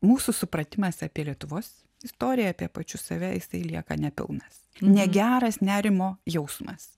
mūsų supratimas apie lietuvos istoriją apie pačius save jisai lieka nepilnas negeras nerimo jausmas